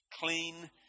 Clean